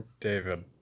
david